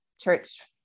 church